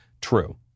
true